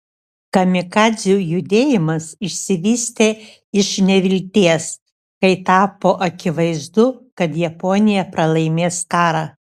kamikadzių judėjimas išsivystė iš nevilties kai tapo akivaizdu kad japonija pralaimės karą